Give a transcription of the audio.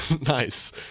Nice